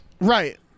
right